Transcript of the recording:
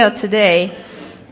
today